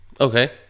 Okay